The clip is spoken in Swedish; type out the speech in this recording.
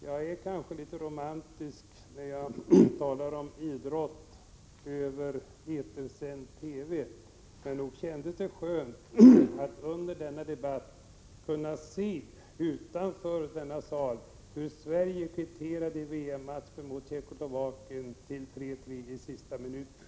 Jag är kanske litet romantisk när jag talar om idrott i etersänd TV. Men nog kändes det skönt att under denna debatt utanför denna sal kunna se hur Sverige i VM-matchen mot Tjeckoslovakien kvitterade till 3—3 i sista minuten.